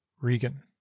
Regan